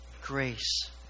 grace